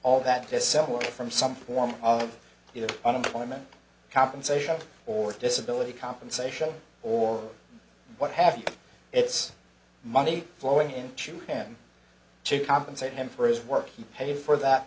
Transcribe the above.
all that to support from some form of unemployment compensation or disability compensation or what have you it's money flowing in to him to compensate him for his work and paid for that